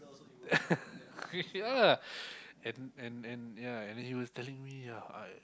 ya and and and ya and he was telling me ya I